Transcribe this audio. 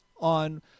on